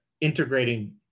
integrating